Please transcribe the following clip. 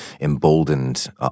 emboldened